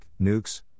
nukes